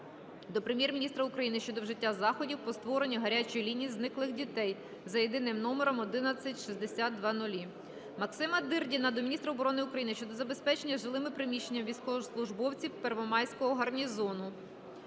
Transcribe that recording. до Прем'єр-міністра України щодо вжитих заходів по створенню "гарячої лінії зниклих дітей" за єдиним номером 116000". Максима Дирдіна до міністра оборони України щодо забезпечення жилими приміщеннями військовослужбовців Первомайського гарнізону.